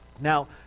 Now